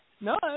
No